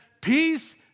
peace